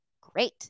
great